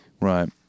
Right